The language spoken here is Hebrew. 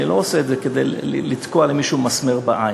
אני לא עושה את זה בשביל לתקוע מסמר בעין.